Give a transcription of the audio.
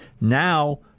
Now